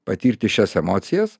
patirti šias emocijas